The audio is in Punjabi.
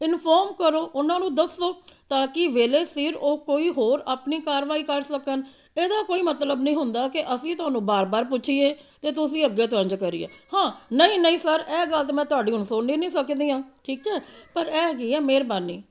ਇਨਫੋਰਮ ਕਰੋ ਉਹਨਾਂ ਨੂੰ ਦੱਸੋ ਤਾਂ ਕਿ ਵੇਲੇ ਸਿਰ ਉਹ ਕੋਈ ਹੋਰ ਆਪਣੀ ਕਾਰਵਾਈ ਕਰ ਸਕਣ ਇਹਦਾ ਕੋਈ ਮਤਲਬ ਨਹੀਂ ਹੁੰਦਾ ਕਿ ਅਸੀਂ ਤੁਹਾਨੂੰ ਵਾਰ ਵਾਰ ਪੁੱਛੀਏ ਅਤੇ ਤੁਸੀਂ ਅੱਗੇ ਤੋਂ ਇੰਝ ਕਰੀਏ ਹਾਂ ਨਹੀਂ ਨਹੀਂ ਸਰ ਇਹ ਗੱਲ ਤਾਂ ਮੈਂ ਤੁਹਾਡੀ ਹੁਣ ਸੁਣ ਹੀ ਨਹੀਂ ਸਕਦੀ ਹਾਂ ਠੀਕ ਆ ਪਰ ਇਹ ਹੈਗੀ ਹੈ ਮਿਹਰਬਾਨੀ